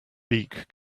beak